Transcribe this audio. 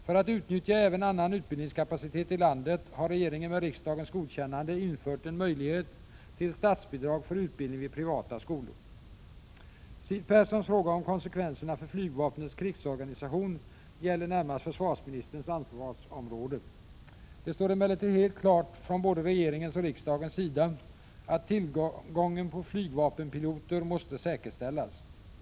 För att utnyttja även annan utbildningskapacitet i landet har regeringen med riksdagens godkännande infört en möjlighet till statsbidrag för utbildning vid privata skolor. Siw Perssons fråga om konsekvenserna för flygvapnets krigsorganisation gäller närmast försvarsministerns ansvarsområde. Det står emellertid helt klart från både regeringens och riksdagens sida att tillgången på flygvapenpiloter måste säkerställas.